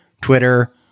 Twitter